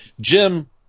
Jim